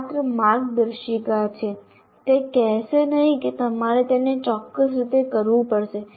આ માત્ર માર્ગદર્શિકા છે તે કહેશે નહીં કે તમારે તેને એક ચોક્કસ રીતે કરવું પડશે